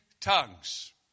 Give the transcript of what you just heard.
tongues